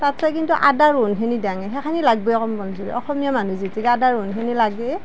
তাতেছে কিন্তু আদা ৰহুনখিনি দেওঁ সেইখিনি লাগিবই অসমীয়া মানুহ যিহেতুকে আদা ৰহুনখিনি লাগেই